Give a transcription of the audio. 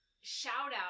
shout-out